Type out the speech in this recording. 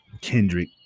Kendrick